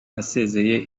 yasezeye